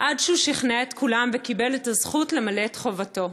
עד שהוא שכנע את כולם וקיבל את הזכות למלא את חובתו.